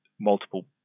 multiple